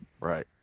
right